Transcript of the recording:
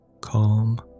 Calm